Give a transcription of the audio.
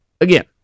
again